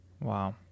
wow